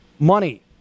money